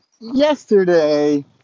yesterday